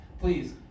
please